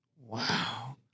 Wow